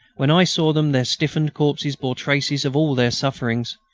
when i saw them their stiffened corpses bore traces of all their sufferings.